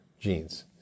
genes